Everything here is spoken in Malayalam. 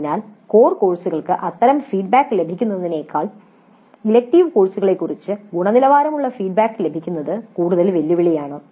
അതിനാൽ കോർ കോഴ്സുകൾക്ക് അത്തരം ഫീഡ്ബാക്ക് ലഭിക്കുന്നതിനേക്കാൾ ഇലക്ടീവ് കോഴ്സുകളെക്കുറിച്ച് ഗുണനിലവാരമുള്ള ഫീഡ്ബാക്ക് ലഭിക്കുന്നത് കൂടുതൽ വെല്ലുവിളിയാണ്